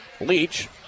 Leach